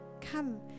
Come